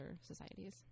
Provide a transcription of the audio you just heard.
societies